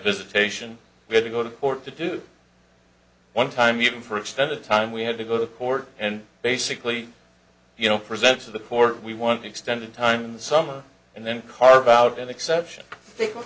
visitation we had to go to court to do one time even for extended time we had to go to court and basically you know present to the court we want extended time in the summer and then carve out an exception